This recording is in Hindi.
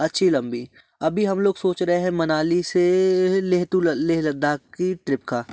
अच्छी लम्बी अभी हम लोग सोच रहे हैं मनाली से लेह लद्दाख की ट्रिप का